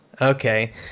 Okay